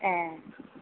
ए